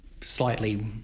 slightly